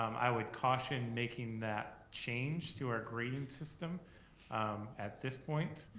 um i would caution making that change to our grading system at this point.